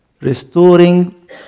restoring